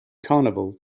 carnival